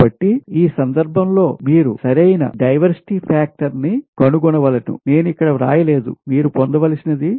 కాబట్టి ఈ సందర్భంలో మీరు సరైన డైవర్సిటీ ఫాక్టర్ ని కనుగొనవలెను నేను ఇక్కడ వ్రాయలేదు మీరు పొందవలసినది